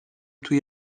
توی